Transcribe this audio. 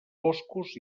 boscos